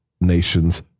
nation's